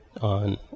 on